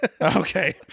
okay